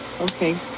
Okay